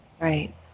Right